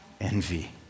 envy